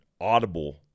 audible